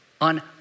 on